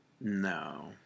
No